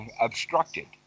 obstructed